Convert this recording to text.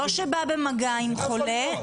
לא שבא במגע עם חולה,